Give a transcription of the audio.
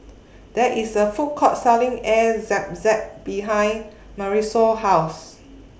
There IS A Food Court Selling Air Zam Zam behind Marisol's House